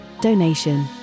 donation